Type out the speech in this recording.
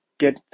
Get